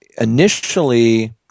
initially